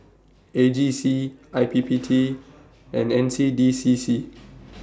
A G C I P P T and N C D C C